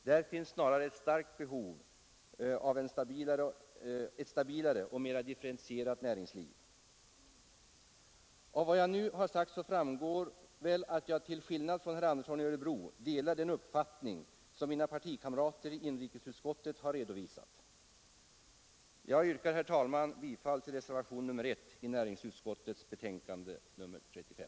Där finns snarare ett starkt behov av ett stabilare och mera differentierat näringsliv. Av vad jag nu sagt framgår att jag till skillnad från herr Andersson i Örebro delar den uppfattning som mina partikamrater i inrikesutskottet redovisat. Jag yrkar, herr talman, bifall till reservationen 1 till näringsutskottets betänkande nr 35.